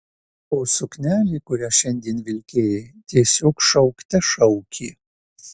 o suknelė kurią šiandien vilkėjai tiesiog šaukte šaukė